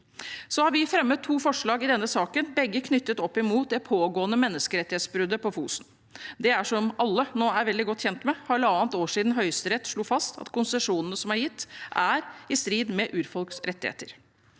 Vi har fremmet to forslag i denne saken, begge knyttet opp mot det pågående menneskerettighetsbruddet på Fosen. Det er, som alle nå er veldig godt kjent med, halvannet år siden Høyesterett slo fast at konsesjonene som er gitt, er i strid med urfolks rettigheter.